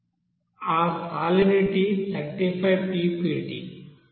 ఆ salinity 35 ppt ఇది 1